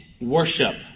worship